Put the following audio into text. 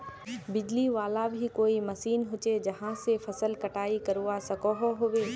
बिजली वाला भी कोई मशीन होचे जहा से फसल कटाई करवा सकोहो होबे?